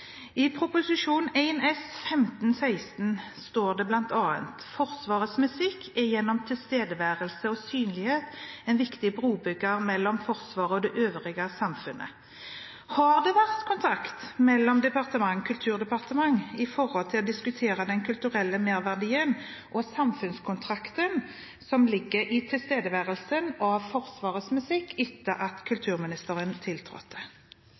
I Prop. 1 S for 2015–2016 står det bl.a.: «Forsvarets musikk er gjennom tilstedeværelse og synlighet en viktig brobygger mellom Forsvaret og det øvrige samfunnet.» Har det vært kontakt mellom Forsvarsdepartementet og Kulturdepartementet når det gjelder å diskutere den kulturelle merverdien og samfunnskontrakten som ligger i tilstedeværelsen av Forsvarets musikk etter at kulturministeren tiltrådte?